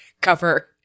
cover